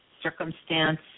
circumstance